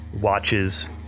Watches